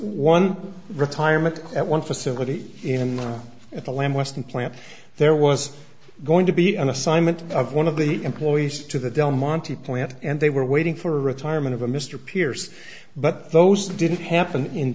one retirement at one facility in the at the lamb weston plant there was going to be an assignment of one of the employees to the delmonte plant and they were waiting for retirement of a mr pierce but those didn't happen in